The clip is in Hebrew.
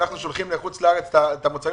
כשאנחנו שולחים לחוץ לארץ את המוצרים